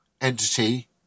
entity